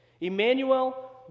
Emmanuel